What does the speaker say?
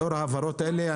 לאור ההבהרות האלה,